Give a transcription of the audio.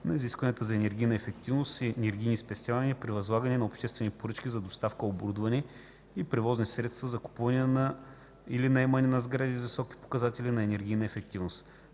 на изискванията за енергийна ефективност и енергийни спестявания при възлагане на обществени поръчки за доставка на оборудване и превозни средства, закупуване или наемане на сгради с високи показатели за енергийна ефективност.